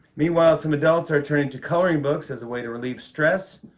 meanwhile, some adults are turning to coloring books as a way to relieve stress.